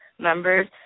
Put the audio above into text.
members